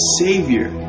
savior